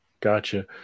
gotcha